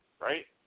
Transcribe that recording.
Right